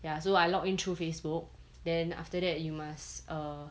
ya so I login through facebook then after that you must err